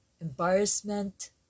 embarrassment